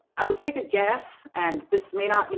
i would take a guess. and this may not, you